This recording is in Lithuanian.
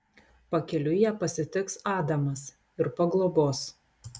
pakeliui ją pasitiks adamas ir paglobos